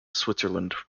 switzerland